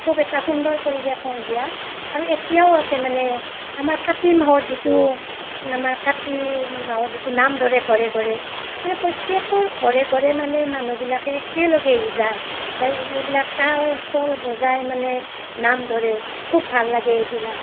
খুব এটা সুন্দৰ পৰিৱেশ সন্ধিয়া আৰু এতিয়াও আছে মানে আমাৰ কাতি মাহত যিটো আমাৰ কাতি মাহত যিটো নাম ধৰে ঘৰে ঘৰে মানে প্ৰত্যেকৰ ঘৰে ঘৰে মানে মানুহবিলাকে একেলগে যায় যায় এইবিলাক তাল খোল বজাই মানে নাম ধৰে খুব ভাল লাগে এইবিলাক